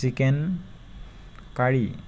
chicken curry